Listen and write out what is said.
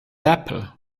apple